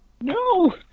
No